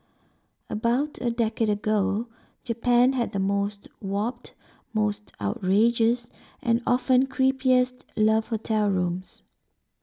about a decade ago Japan had the most warped most outrageous and often creepiest love hotel rooms